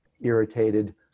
irritated